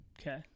Okay